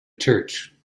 church